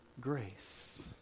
grace